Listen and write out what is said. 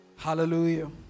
Hallelujah